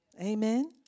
Amen